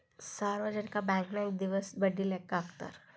ಸಾರ್ವಜನಿಕ ಬಾಂಕನ್ಯಾಗ ದಿವಸ ಬಡ್ಡಿ ಲೆಕ್ಕಾ ಹಾಕ್ತಾರಾ